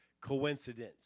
coincidence